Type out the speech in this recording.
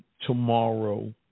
tomorrow